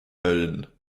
mölln